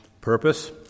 purpose